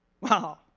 Wow